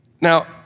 Now